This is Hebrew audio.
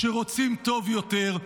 שרוצים טוב יותר.